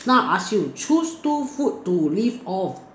now I ask you choose two food to live of